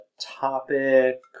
topic